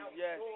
yes